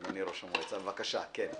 בוקר טוב.